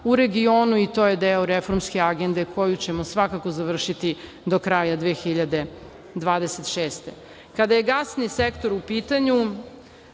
u regionu. To je deo Reformske agende koju ćemo svakako završiti do kraja 2026. godine. Kada je gasni sektor u pitanju,